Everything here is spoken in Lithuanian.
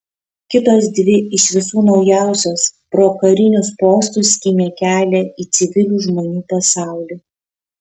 kitos dvi iš visų naujausios pro karinius postus skynė kelią į civilių žmonių pasaulį